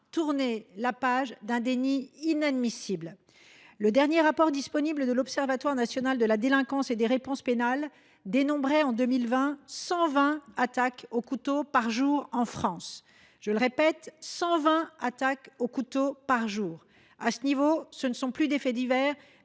tourner la page d’un déni inadmissible. Le dernier rapport disponible de l’Observatoire national de la délinquance et des réponses pénales (ONDRP) dénombrait, en 2020, 120 attaques au couteau par jour en France. Je répète : 120 attaques au couteau par jour ! À ce niveau, ce sont non plus des faits divers,